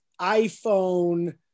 iPhone